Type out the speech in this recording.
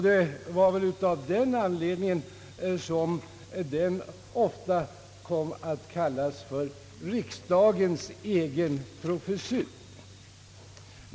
Det var väl därför som den ofta kom att kallas riksdagens egen professur.